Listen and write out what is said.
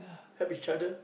help each other